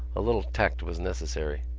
a little tact was necessary.